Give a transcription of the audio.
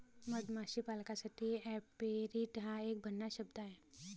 मधमाशी पालकासाठी ऍपेरिट हा एक भन्नाट शब्द आहे